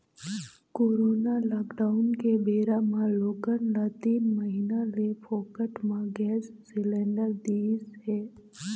corona lockdown के बेरा म लोगन ल तीन महीना ले फोकट म गैंस सिलेंडर दिस हे